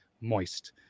Moist